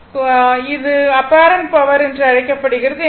மற்றும் இது apparent power என்றும் அழைக்கப்படுகிறது